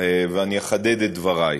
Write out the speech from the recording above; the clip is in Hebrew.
ואני אחדד את דברי: